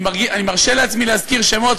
אני מרשה לעצמי להזכיר שמות,